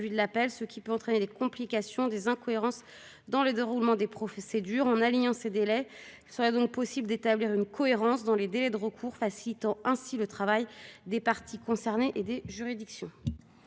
de l'appel, ce qui peut entraîner des complications et des incohérences dans le déroulement des procédures. En alignant ces délais, il serait donc possible d'établir une cohérence dans les délais de recours et, ainsi, de faciliter le travail des parties concernées et des juridictions.